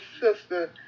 sister